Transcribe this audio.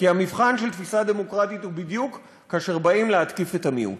כי המבחן של תפיסה דמוקרטית הוא בדיוק כאשר באים להתקיף את המיעוט,